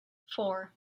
four